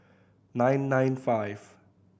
nine nine five